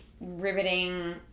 riveting